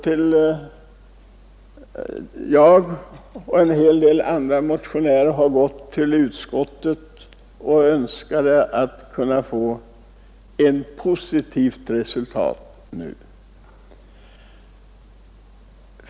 Jag och en hel del andra motionärer har gått till utskottet därför att vi önskade få ett positivt resultat nu.